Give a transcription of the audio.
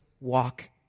walk